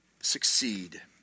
succeed